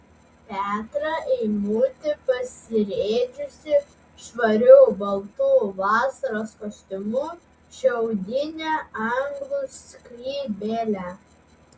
petrą eimutį pasirėdžiusį švariu baltu vasaros kostiumu šiaudine anglų skrybėle